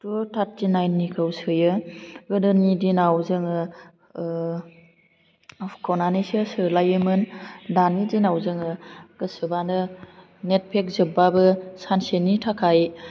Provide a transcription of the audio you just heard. two टारथिनाइन निखौ सोयो गोदोनि दिनाव जोङो फुख'नानैसो सोलायोमोन दानि दिनाव जोङो गोसोबानो नेट फेक जोबबाबो सानसेनि थाखाय